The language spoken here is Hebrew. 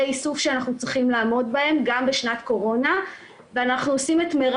איסוף שאנחנו צריכים לעמוד בהם גם בשנת קורונה ואנחנו עושים את מרב